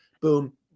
Boom